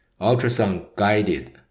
Ultrasound-guided